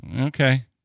Okay